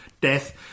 death